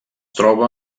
troba